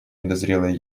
недозрелые